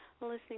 listening